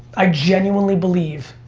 i genuinely believe,